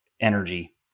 energy